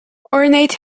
ornate